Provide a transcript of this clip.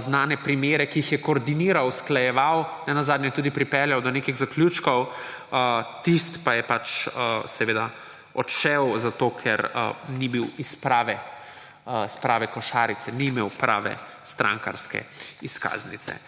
znane primere, ki jih koordiniral, usklajeval, nenazadnje tudi pripeljal do nekih zaključkov, tisti pa je pač seveda odšel, zato ker ni bil iz prave košarice. Ni imel prave strankarske izkaznice.